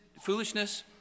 foolishness